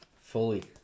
Fully